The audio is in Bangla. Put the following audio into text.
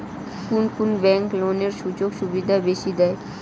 কুন কুন ব্যাংক লোনের সুযোগ সুবিধা বেশি দেয়?